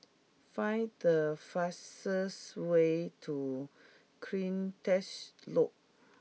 find the fastest way to Cleantech Loop